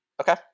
Okay